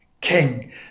king